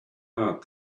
heart